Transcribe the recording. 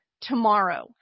tomorrow